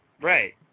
Right